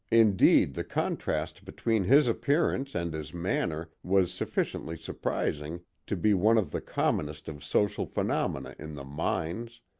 indeed, the contrast between his appearance and his manner was sufficiently surprising to be one of the commonest of social phenomena in the mines.